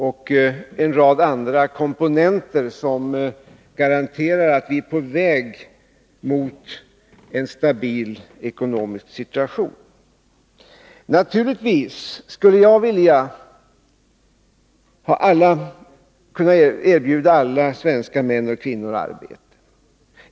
Också en rad andra komponenter garanterar att vi är på väg mot en stabil ekonomisk situtation. Jag skulle naturligtvis önska att jag kunde erbjuda alla svenska män och kvinnor arbete.